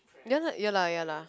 ya lah ya lah ya lah